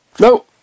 No